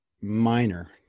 minor